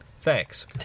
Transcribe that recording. Thanks